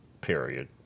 Period